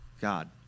God